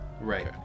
Right